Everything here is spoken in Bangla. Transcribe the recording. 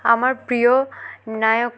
আমার প্রিয় নায়ক